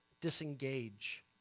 disengage